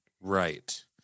Right